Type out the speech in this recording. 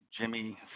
Jimmy